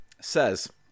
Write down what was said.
says